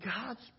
God's